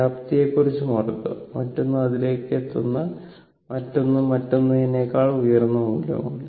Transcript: വ്യാപ്തിയെക്കുറിച്ച് മറക്കുക മറ്റൊന്ന് അതിലേക്ക് എത്തുന്ന മറ്റൊന്ന് മറ്റൊന്നിനേക്കാൾ ഉയർന്ന മൂല്യമാണ്